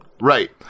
Right